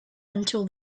until